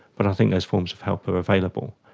but think those forms of help are available.